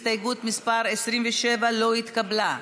הסתייגות מס' 27 לא נתקבלה.